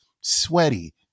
sweaty